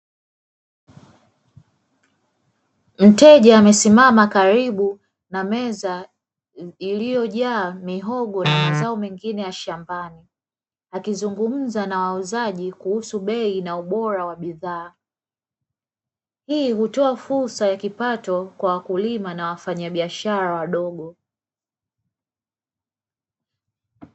Mteja amesimama karibu na meza iliyojaa mihogo na mazao mengine ya shambani, akizungumza na wauzaji kuhusu bei na ubora wa bidhaa, hii hutoa fursa ya kipato kwa wakulima na wafanyabishara wadogo.